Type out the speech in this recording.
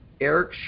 Eric